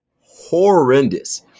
horrendous